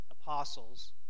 apostles